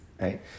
right